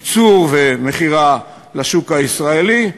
ייצור ומכירה לשוק הישראלי.